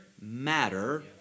matter